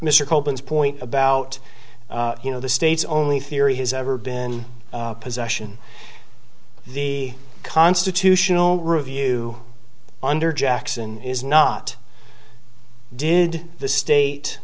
mr copas point about you know the state's only theory has ever been possession the constitutional review under jackson is not did the state